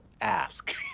ask